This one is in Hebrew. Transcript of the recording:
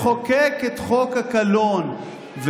לחוקק את חוק הקלון.